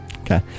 Okay